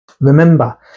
Remember